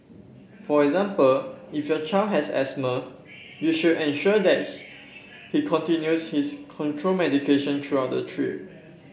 for example if your child has asthma you should ensure that he continues his control medication during the trip